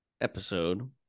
episode